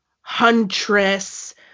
huntress